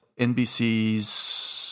nbc's